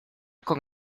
con